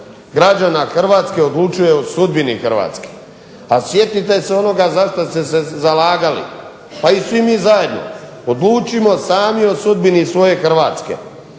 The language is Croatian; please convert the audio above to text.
građana Hrvatske odlučuje o sudbini Hrvatske, a sjetite se onoga za šta ste se zalagali, a i svi mi zajedno. Odlučimo sami o sudbini svoje Hrvatske.